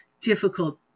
difficult